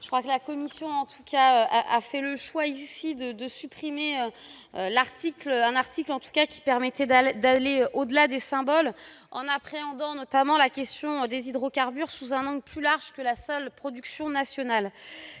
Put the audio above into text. économiques du Sénat a fait le choix de supprimer un article qui permettait d'aller au-delà des symboles en appréhendant la question des hydrocarbures sous un angle plus large que celui de la seule production nationale.